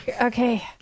Okay